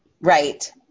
Right